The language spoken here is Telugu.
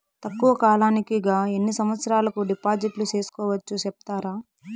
తక్కువ కాలానికి గా ఎన్ని సంవత్సరాల కు డిపాజిట్లు సేసుకోవచ్చు సెప్తారా